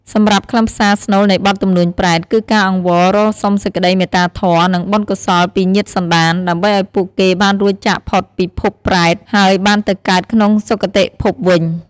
សម្រាប់ខ្លឹមសារស្នូលនៃបទទំនួញប្រេត គឺការអង្វរករសុំសេចក្តីមេត្តាធម៌ និងបុណ្យកុសលពីញាតិសន្តាន ដើម្បីឲ្យពួកគេបានរួចចាកផុតពីភពប្រេត ហើយបានទៅកើតក្នុងសុគតិភពវិញ។